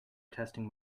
testing